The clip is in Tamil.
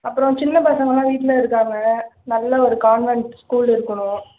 அப்பறோம் சின்ன பசங்களலாம் வீட்டில் இருக்காங்க நல்ல ஒரு கான்வென்ட் ஸ்கூல் இருக்கணும்